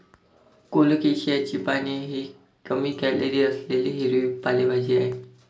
कोलोकेशियाची पाने ही कमी कॅलरी असलेली हिरवी पालेभाजी आहे